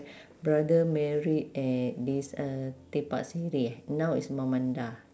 brother married at this uh tepak sireh now is mamanda